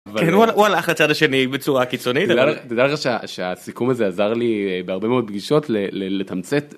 הוא הלך לצד השני בצורה קיצונית. תדע לך שהסיכום הזה עזר לי בהרבה מאוד פגישות לתמצת...